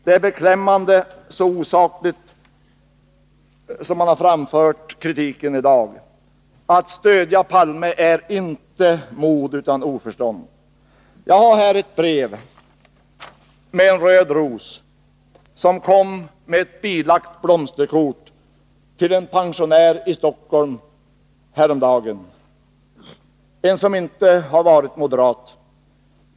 Det är beklämmande hur osakligt som kritiken i dag har framförts. Att stödja herr Palme är inte mod, utan oförstånd. Jag har här i min hand ett brev med en röd ros, som kom med ett bilagt blomsterkort häromdagen till en pensionär i Stockholm, en person som inte har varit moderat.